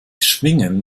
schwingen